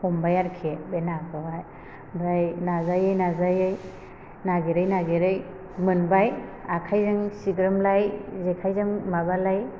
हमबाय आरखि बे नाखौहाय आमफ्राय नाजायै नाजायै नागिरै नागिरै मोनबाय आखाइजों सिग्रोमलाय जेखाइजों माबालाय